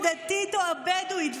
הדתית או הבדואית,